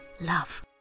love